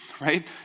right